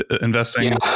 investing